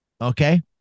Okay